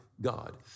God